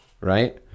right